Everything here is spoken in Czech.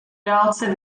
dálce